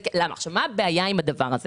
מה הבעיה עם זה?